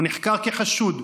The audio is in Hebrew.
הוא נחקר כחשוד,